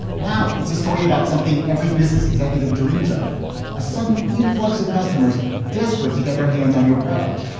now it's a story about something every business executive dreams of a sudden influx of customers desperate to get their hands on your products.